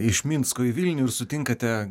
iš minsko į vilnių ir sutinkate